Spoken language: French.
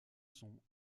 son